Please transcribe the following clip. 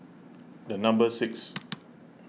the number six